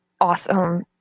awesome